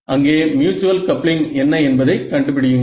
அங்கே mutual coupling என்ன என்பதை கண்டுபிடியுங்கள்